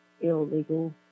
illegal